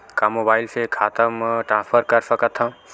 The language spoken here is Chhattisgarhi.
का मोबाइल से खाता म ट्रान्सफर कर सकथव?